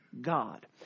God